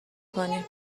کنی